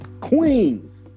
Queens